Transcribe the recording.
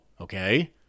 Okay